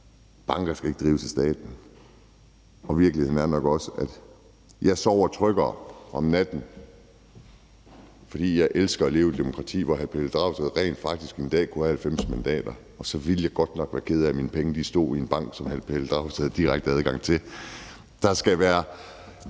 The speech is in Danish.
banker ikke skal drives af staten, og virkeligheden er nok også, at jeg sover tryggere om natten, fordi jeg elsker at leve i et demokrati, hvor hr. Pelle Dragsted rent faktisk en dag kunne have 90 mandater, og så ville jeg godt nok være ked af, at mine penge stod i en bank, som hr. Pelle Dragsted havde direkte adgang til. Det er ikke